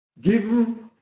given